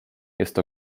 jest